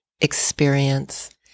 experience